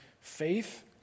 Faith